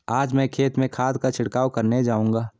आज मैं खेत में खाद का छिड़काव करने जाऊंगा